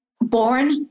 born